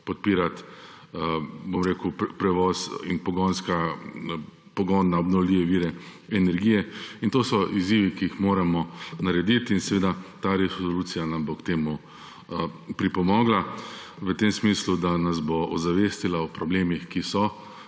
podpirati prevoz in pogon na obnovljive vire energije. In to so izzivi, ki jih moramo narediti. Ta resolucija nam bo k temu pripomogla v tem smislu, da nas bo ozavestila o problemih, ki so,